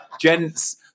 Gents